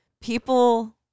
people